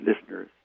listeners